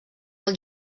del